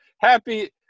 Happy